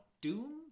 Doom